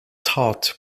taught